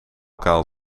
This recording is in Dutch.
kaal